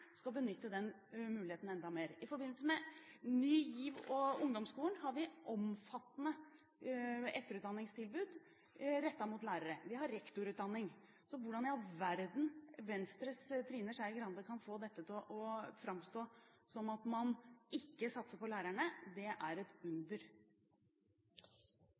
skal benytte den muligheten enda mer. I forbindelse med Ny GIV og ungdomsskolen har vi omfattende etterutdanningstilbud rettet mot lærere. Vi har rektorutdanning. Så hvordan i all verden Venstres Trine Skei Grande kan få dette til å framstå som at man ikke satser på lærerne, det er et under.